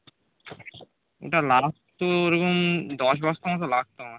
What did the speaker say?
ওটা লাগতো ওরকম দশ বস্তা মতো লাগতো আমার